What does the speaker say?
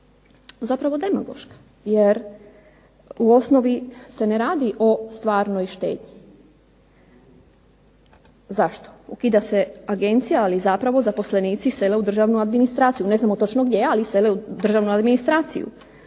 zapravo demagoška, jer u osnovi se ne radi o stvarnoj štednji. Zašto? Ukida se agencija, ali zapravo zaposlenici sele u državnu administraciju. Ne znamo točno gdje, ali sele u državnu administraciju.